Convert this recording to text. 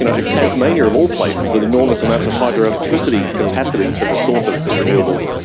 you know if tasmania of all places, with enormous amounts of hydroelectricity capacity as a source of of renewable,